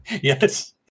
Yes